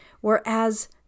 Whereas